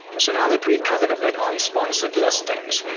so, now, that we've covered a bit on sponsored listings,